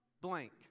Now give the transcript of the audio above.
blank